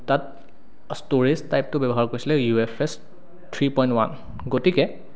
তাত ষ্টৰেজ টাইপটো ব্যৱহাৰ কৰিছিলে U F S three point one গতিকে